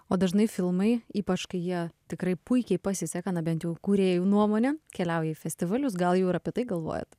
o dažnai filmai ypač kai jie tikrai puikiai pasiseka na bent jau kūrėjų nuomone keliauja į festivalius gal jau ir apie tai galvojat